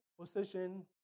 position